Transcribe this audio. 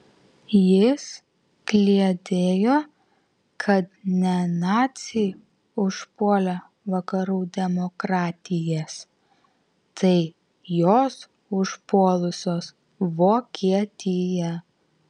jis kliedėjo kad ne naciai užpuolė vakarų demokratijas tai jos užpuolusios vokietiją